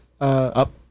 Up